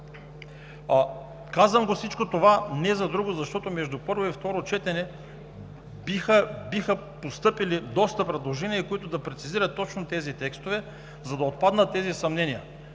Казвам всичко това, защото между първо и второ четене биха постъпили доста предложения, които да прецизират точно тези текстове, за да отпаднат съмненията,